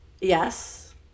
Yes